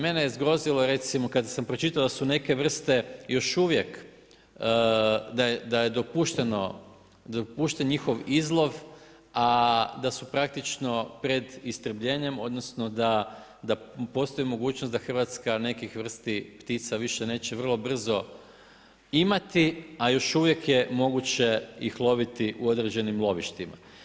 Mene je zgrozilo recimo kada sam pročitao da su neke vrste još uvijek, da je dopušten njihov izlov a da su praktično pred istrebljenjem odnosno da postoji mogućnost da Hrvatska nekih vrsta ptica više neće vrlo brzo imati, a još uvijek je moguće ih loviti u određenim lovištima.